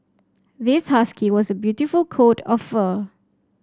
this husky was a beautiful coat of fur